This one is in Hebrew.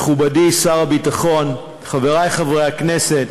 מכובדי שר הביטחון, חברי חברי הכנסת,